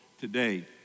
today